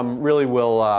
um really will